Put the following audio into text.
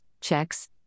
checks